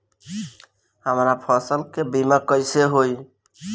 हमरा फसल के बीमा कैसे होई?